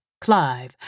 Clive